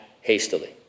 hastily